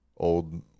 Old